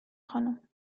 خانم